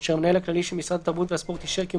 אשר המנהל הכללי של משרד התרבות והספורט אישר כי הוא